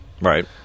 Right